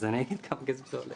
אז אני אגיד כמה כסף זה עולה.